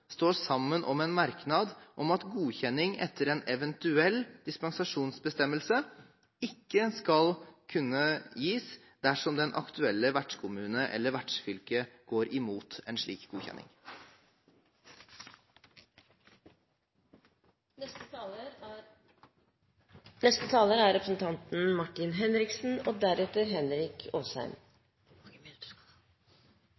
står sammen om en merknad om at godkjenning etter en eventuell dispensasjonsbestemmelse «ikke skal gis dersom den aktuelle vertskommune eller vertsfylket går imot en slik godkjenning». Arbeiderpartiet vil slå ring om den offentlige fellesskolen. Likevel kan jeg forstå mange av argumentene Høyre og